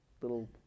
Little